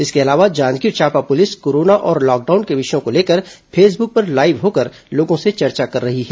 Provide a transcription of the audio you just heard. इसके अलावा Janjgir Champa police corona और लॉकडाउन के विषयों को लेकर फेसबुक पर लाईव होकर लोगों से चर्चा कर रही है